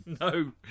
No